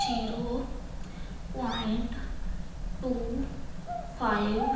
zero point two five